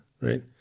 right